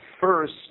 first